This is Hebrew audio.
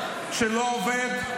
שלא עובד,